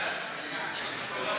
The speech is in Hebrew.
מס'